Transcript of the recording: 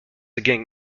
again